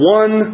one